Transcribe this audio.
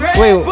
wait